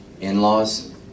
In-laws